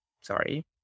sorry